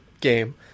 game